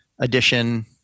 edition